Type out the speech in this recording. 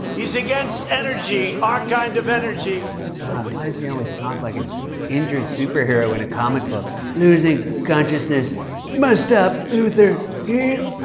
he's against energy, our kind of energy. my god, why does he always talk like an injured superhero in a comic book? losing. consciousness. must stop luther. he's.